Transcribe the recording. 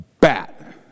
bat